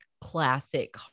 classic